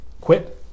quit